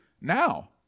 now